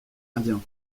indien